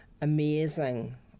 amazing